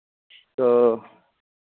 तो